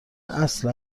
اصل